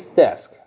desk